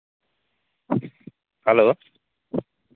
hello